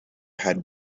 had